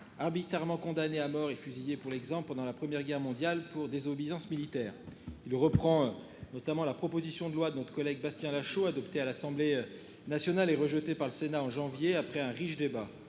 Arbitrairement condamné à mort et fusillé pour l'exemple, pendant la Première Guerre mondiale pour des eaux Byzance militaire il reprend notamment la proposition de loi de notre collègue Bastien Lachaud adopté à l'Assemblée nationale est rejeté par le Sénat en janvier après un riche débat